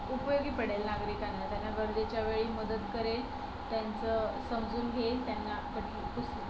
उपयोगी पडेल नागरिकांना त्यांना गरजेच्या वेळी मदत करेल त्यांचं समजून घेईल त्यांना कधी कसं